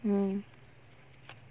mm